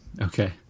Okay